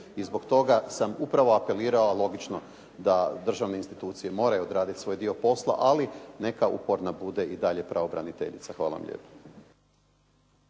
i zbog toga sam upravo apelirao, logično, da državne institucije moraju odradit svoj dio posla, ali neka uporna bude i dalje pravobraniteljica. Hvala vam lijepo.